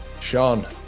sean